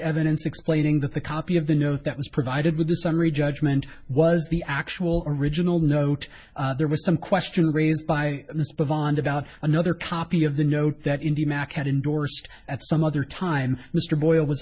evidence explaining that the copy of the note that was provided with the summary judgment was the actual original note there was some question raised by miss beyond about another copy of the note that indy mac had indorsed at some other time mr boyle w